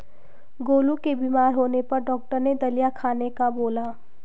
गोलू के बीमार होने पर डॉक्टर ने दलिया खाने का बोला